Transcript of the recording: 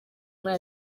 muri